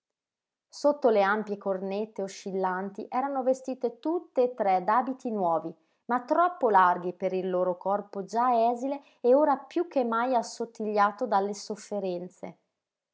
sotto le ampie cornette oscillanti erano vestite tutte e tre d'abiti nuovi ma troppo larghi per il loro corpo già esile e ora piú che mai assottigliato dalle sofferenze